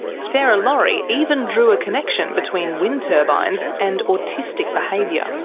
sarah laurie even drew a connection between wind turbines and autistic behaviour.